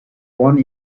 one